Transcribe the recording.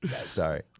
Sorry